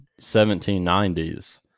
1790s